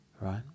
right